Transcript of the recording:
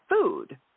food